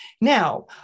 Now